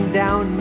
down